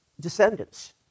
descendants